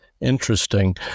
Interesting